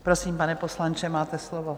Prosím, pane poslanče, máte slovo.